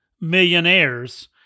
millionaires